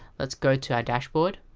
let's go to our dashboard